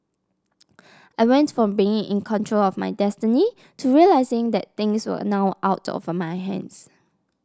I went from being in control of my destiny to realising that things were now out of my hands